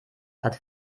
hat